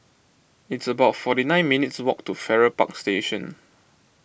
it's about forty nine minutes' walk to Farrer Park Station